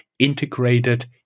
integrated